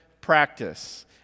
practice